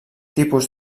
tipus